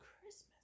Christmas